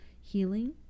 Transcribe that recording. healing